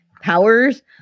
powers